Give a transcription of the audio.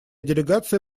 делегация